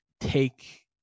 take